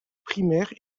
primaire